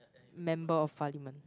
member of Parliment